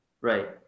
Right